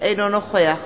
אינו נוכח